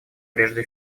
прежде